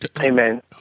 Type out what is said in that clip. Amen